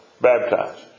Baptized